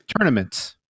tournaments